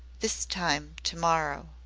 this time to-morrow.